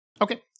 Okay